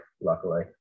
luckily